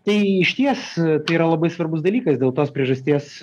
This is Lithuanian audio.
tai išties yra labai svarbus dalykas dėl tos priežasties